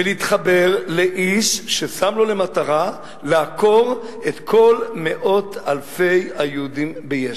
ולהתחבר לאיש ששם לו למטרה לעקור את כל מאות אלפי היהודים ביש"ע,